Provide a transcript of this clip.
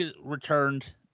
returned